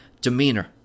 demeanor